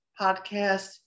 podcast